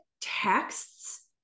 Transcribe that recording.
texts